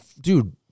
dude